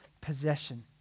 possession